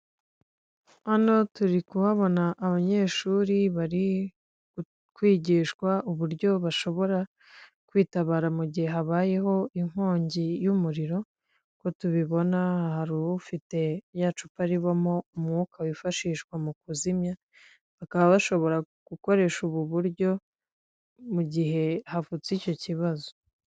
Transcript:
Aya n'ameza ari mu nzu, bigaragara ko aya meza ari ayokuriho arimo n'intebe nazo zibaje mu biti ariko aho bicarira hariho imisego.